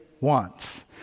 wants